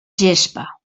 gespa